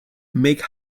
make